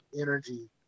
energy